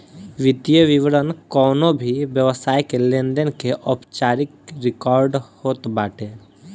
वित्तीय विवरण कवनो भी व्यवसाय के लेनदेन के औपचारिक रिकार्ड होत बाटे